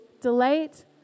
delight